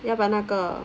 要不然那个